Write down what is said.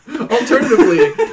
Alternatively